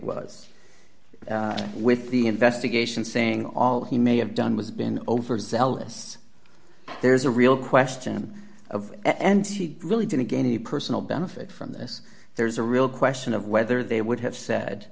was with the investigation saying all he may have done was been overzealous there's a real question of and he really didn't get any personal benefit from this there's a real question of whether they would have said